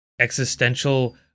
existential